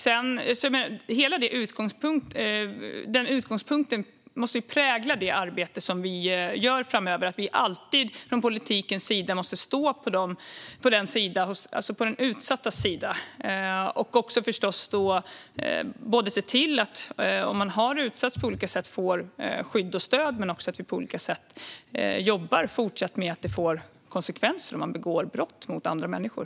Den utgångspunkten måste prägla det arbete vi gör framöver. Politiken måste alltid stå på den utsattas sida, och den utsatta ska få skydd och stöd. Och vi ska fortsätta att jobba för att det blir konsekvenser om man begår brott mot andra människor.